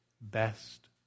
best